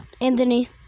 Anthony